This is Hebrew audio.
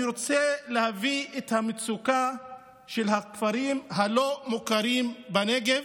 אני רוצה להביא את המצוקה של הכפרים הלא-מוכרים בנגב,